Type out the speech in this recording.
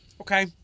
Okay